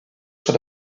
sur